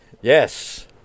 Yes